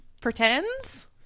pretends